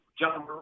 John